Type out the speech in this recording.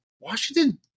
Washington